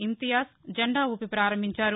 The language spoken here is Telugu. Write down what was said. ఇంతియాజ్ జెండా వూపి ప్రారంభించారు